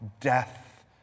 death